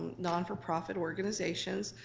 not-for-profit organizations.